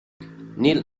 neil